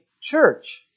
church